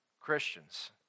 Christians